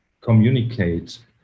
communicate